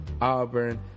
Auburn